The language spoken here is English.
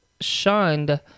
shunned